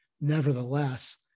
Nevertheless